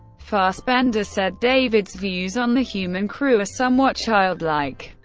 fassbender said, david's views on the human crew are somewhat childlike.